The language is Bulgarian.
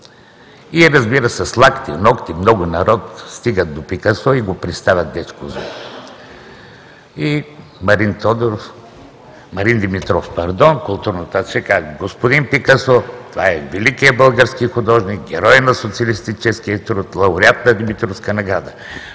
И, разбира се, с лакти, нокти, много народ, стигат до Пикасо и му представят Дечко Узунов. Марин Димитров, културното аташе, казва: „Господин Пикасо, това е великият български художник, герой на социалистическия труд, лауреат на Димитровска награда,